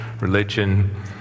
religion